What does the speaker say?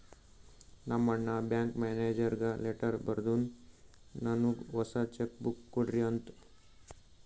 ನಮ್ ಅಣ್ಣಾ ಬ್ಯಾಂಕ್ ಮ್ಯಾನೇಜರ್ಗ ಲೆಟರ್ ಬರ್ದುನ್ ನನ್ನುಗ್ ಹೊಸಾ ಚೆಕ್ ಬುಕ್ ಕೊಡ್ರಿ ಅಂತ್